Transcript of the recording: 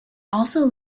also